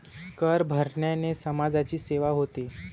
कर भरण्याने समाजाची सेवा होते